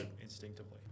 instinctively